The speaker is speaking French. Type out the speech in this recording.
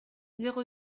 zéro